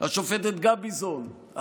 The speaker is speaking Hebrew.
השופטת גביזון,